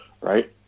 right